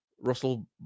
Russell